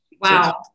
Wow